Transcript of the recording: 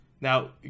Now